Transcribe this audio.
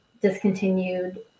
discontinued